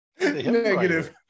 Negative